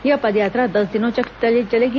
यह पदयात्रा दस दिनों तक चलेगी